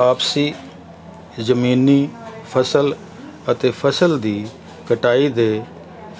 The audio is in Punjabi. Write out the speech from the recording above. ਆਪਸੀ ਜ਼ਮੀਨੀ ਫ਼ਸਲ ਅਤੇ ਫ਼ਸਲ ਦੀ ਕਟਾਈ ਦੇ